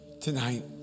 tonight